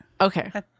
Okay